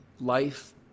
life